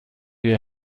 hier